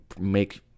make